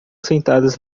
sentadas